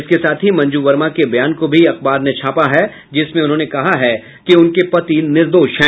इसके साथ ही मंजू वर्मा के बयान को भी अखबार में छापा है जिसमें उन्होंने कहा है कि उनके पति निर्दोष हैं